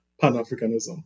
Pan-Africanism